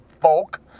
folk